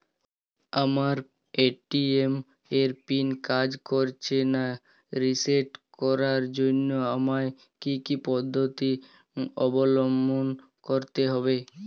আমার এ.টি.এম এর পিন কাজ করছে না রিসেট করার জন্য আমায় কী কী পদ্ধতি অবলম্বন করতে হবে?